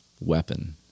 weapon